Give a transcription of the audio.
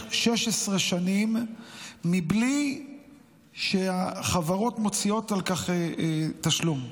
16 שנים בלי שהחברות מוציאות על כך תשלום.